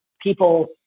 people